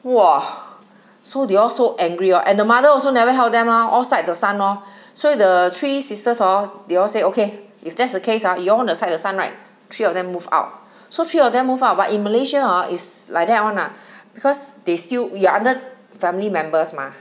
!wah! so they all so angry lor and the mother also never help them mah all side the son lor 所以 the three sisters hor they all say okay if that's the case ah you all want to side the son right three of them move out so three of them move out ah in Malaysia ah is like that [one] lah because they still we are under family members mah